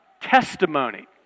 Testimony